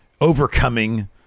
overcoming